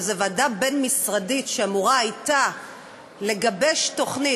ועדה בין-משרדית שאמורה הייתה לגבש תוכנית,